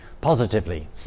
positively